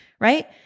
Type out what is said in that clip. right